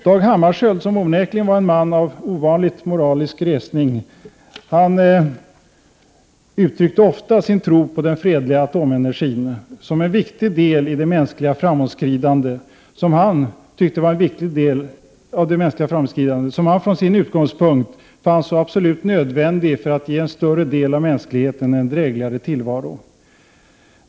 Dag Hammarskjöld, som onekligen var en man av ovanlig moralisk resning, uttryckte ofta sin tro på den fredliga atomenergin som en viktig del i det mänskliga framåtskridande han från sin utsiktspunkt fann absolut nödvändigt för att ge en större del av mänskligheten en drägligare tillvaro.